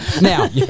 Now